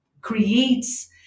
creates